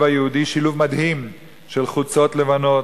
היהודי שילוב מדהים של חולצות לבנות,